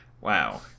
Wow